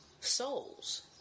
souls